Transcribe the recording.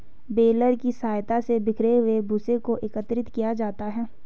baler की सहायता से बिखरे हुए भूसे को एकत्रित किया जाता है